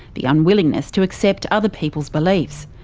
the unwillingness to accept other people's beliefs.